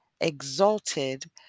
exalted